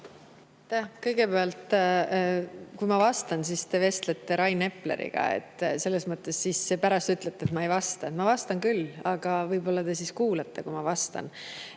Kõigepealt: kui ma vastan, siis te vestlete Rain Epleriga ja pärast ütlete, et ma ei vasta. Ma vastan küll, aga võib-olla te siis kuulate, kui ma vastan.